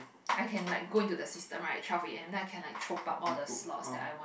I can like go in to the systems right twelve A_M then I can like chop up all the slots that I want